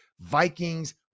Vikings